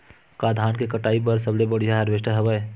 का धान के कटाई बर सबले बढ़िया हारवेस्टर हवय?